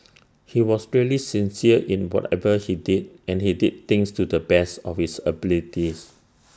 he was really sincere in whatever he did and he did things to the best of his abilities